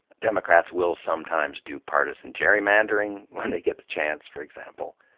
democrats will sometimes do partisan gerrymandering when they get the chance, for example.